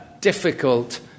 difficult